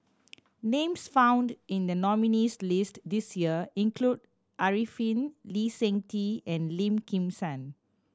names found in the nominees' list this year include Arifin Lee Seng Tee and Lim Kim San